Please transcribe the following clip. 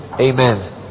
amen